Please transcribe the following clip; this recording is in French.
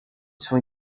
sont